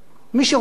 שיהיה עיתונאי,